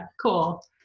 Cool